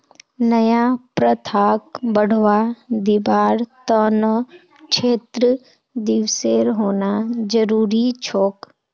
नया प्रथाक बढ़वा दीबार त न क्षेत्र दिवसेर होना जरूरी छोक